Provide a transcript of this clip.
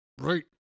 right